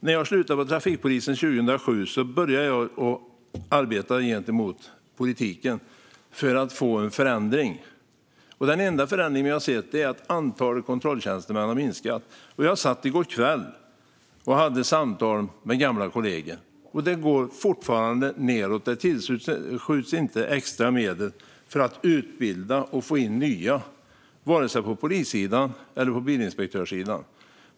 När jag slutade på trafikpolisen 2007 började jag arbeta gentemot politiken för att få en förändring, men den enda förändring vi har sett är att antalet kontrolltjänstemän har minskat. Jag satt i går kväll och hade samtal med gamla kollegor, och det går fortfarande nedåt. Det tillskjuts inte extra medel för att utbilda och få in nya, vare sig på polissidan eller på bilinspektörssidan.